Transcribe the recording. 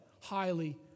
highly